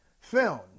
film